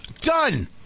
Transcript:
Done